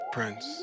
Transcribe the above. Prince